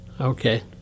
Okay